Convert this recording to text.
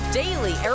daily